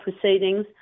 proceedings